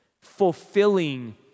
fulfilling